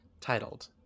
titled